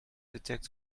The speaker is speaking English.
detect